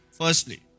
firstly